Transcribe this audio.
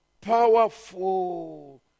powerful